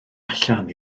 allan